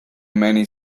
many